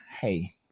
hey